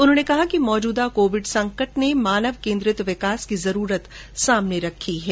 उन्होंने कहा कि मौजूदा कोविड संकट ने मानव केन्द्रित विकास की जरूरत सामने रखी है